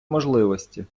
можливості